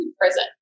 prison